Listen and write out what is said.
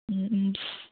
Om Om